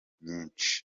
nyinshi